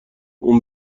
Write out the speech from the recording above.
اون